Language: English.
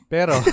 Pero